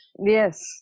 yes